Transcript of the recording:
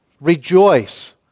Rejoice